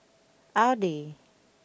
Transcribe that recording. Audi